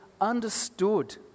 understood